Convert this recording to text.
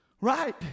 Right